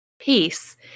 peace